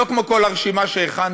לא כמו כל הרשימה שהכנתי.